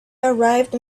arrived